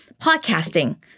podcasting